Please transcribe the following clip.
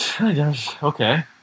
Okay